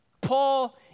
Paul